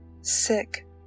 sick